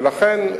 ולכן,